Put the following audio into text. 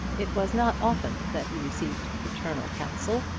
it was not often that he received paternal counsel,